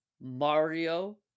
Mario